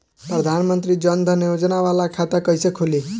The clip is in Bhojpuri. प्रधान मंत्री जन धन योजना वाला खाता कईसे खुली?